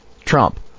Trump